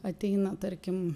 ateina tarkim